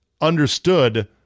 understood